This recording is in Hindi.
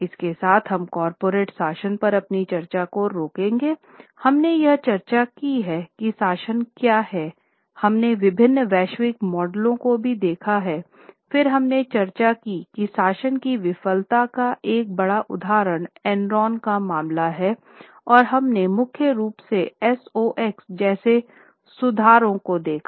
इसके साथ हम कॉर्पोरेट शासन पर अपनी चर्चा को रोकेंगे हमने यह चर्चा की है की शासन क्या है हमने विभिन्न वैश्विक मॉडलों को भी देखा है फिर हमने चर्चा की शासन की विफलता का एक बड़ा उदाहरण एनरॉन का मामला है और हमने मुख्य रूप से SOX जैसे सुधारों को देखा